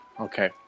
Okay